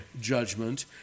judgment